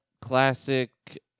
classic